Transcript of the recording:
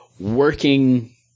Working